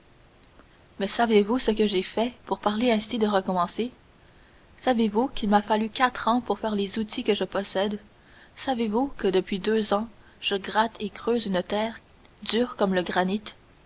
mais savez-vous ce que j'ai fait pour parler ainsi de recommencer savez-vous qu'il m'a fallu quatre ans pour faire les outils que je possède savez-vous que depuis deux ans je gratte et creuse une terre dure comme le granit